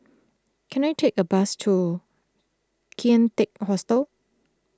can I take a bus to Kian Teck Hostel